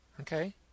Okay